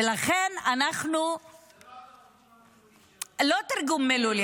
ולכן אנחנו --- זה לא התרגום המילולי.